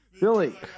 Billy